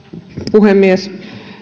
puhemies